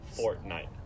Fortnite